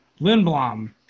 Lindblom